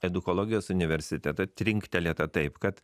edukologijos universitetą trinktelėta taip kad